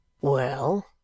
Well